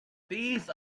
these